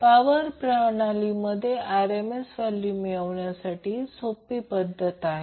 power प्रणालीमध्ये RMS value मिळवण्याची सोपी पद्धत आहे